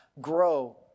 grow